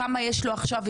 כספי פיקדון?